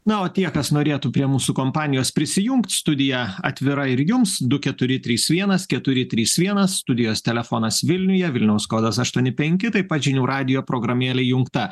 na o tie kas norėtų prie mūsų kompanijos prisijungt studija atvira ir jums du keturi trys vienas keturi trys vienas studijos telefonas vilniuje vilniaus kodas aštuoni penki taip pat žinių radijo programėlė įjungta